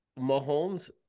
Mahomes